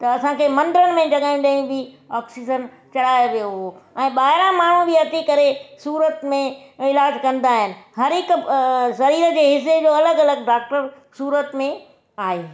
त असांखे मंदरनि में जॻहनि ते बि ऑक्सीजन चढ़ाए वियो हो ऐं ॿाहिरां माण्हू बि अची करे सूरत में इलाज कंदा आहिनि हर हिकु अ शरीर जे हिस्से जो अलॻि अलॻि डॉक्टर सूरत में आहे